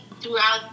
throughout